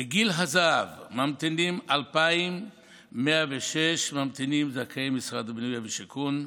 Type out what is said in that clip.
בגיל הזהב ממתינים 2,106 זכאי משרד הבינוי והשיכון,